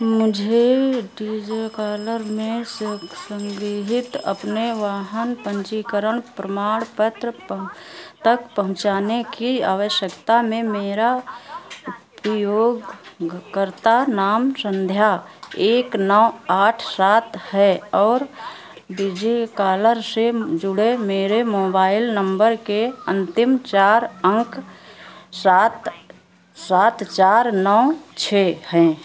मुझे डिजिकालर में संग्रहित अपने वाहन पंजीकरण प्रमाण पत्र तक पहुँचाने की आवश्यकता में मेरा उपयोगकर्ता नाम संध्या एक नौ आठ सात है और डिजिकालर से जुड़े मेरे मोबाइल नंबर के अंतिम चार अंक सात सात चार नौ छः हैं